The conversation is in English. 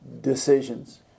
decisions